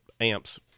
amps